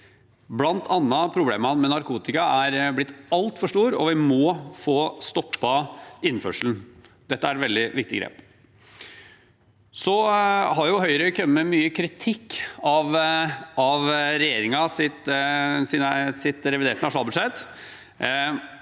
Blant annet er problemene med narkotika blitt altfor store, og vi må få stoppet innførselen. Dette er et veldig viktig grep. Høyre har kommet med mye kritikk av regjeringens reviderte nasjonalbudsjett,